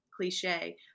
cliche